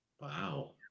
Wow